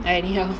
anyhow